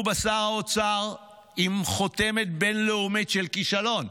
בשר האוצר עם חותמת בין-לאומית של כישלון.